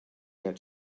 that